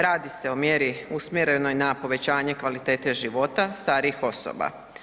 Radi se o mjeri usmjerenoj na povećanju kvalitete života starijih osoba.